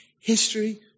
history